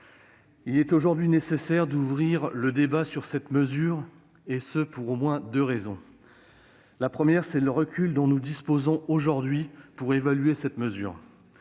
Il est aujourd'hui nécessaire d'ouvrir le débat sur cette mesure, et ce pour au moins deux raisons. La première, c'est le recul dont nous disposons aujourd'hui pour évaluer cette mesure.